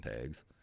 tags